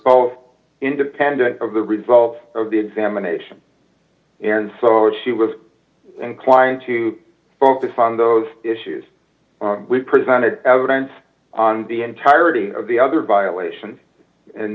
both independent of the result of the examination and so she was inclined to focus on those issues we presented evidence on the entirety of the other violations and